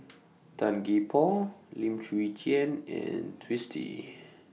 Tan Gee Paw Lim Chwee Chian and Twisstii